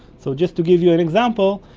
so just to give you an example,